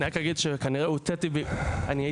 אני רק אגיד שכנראה הייתי מוטה,